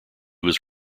was